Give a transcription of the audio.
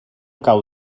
cau